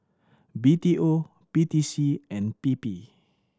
B T O P T C and P P